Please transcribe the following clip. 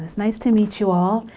this. nice to meet you all.